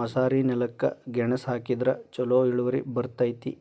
ಮಸಾರಿನೆಲಕ್ಕ ಗೆಣಸ ಹಾಕಿದ್ರ ಛಲೋ ಇಳುವರಿ ಬರ್ತೈತಿ